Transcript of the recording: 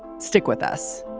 stick with us